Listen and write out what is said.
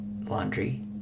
laundry